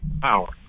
power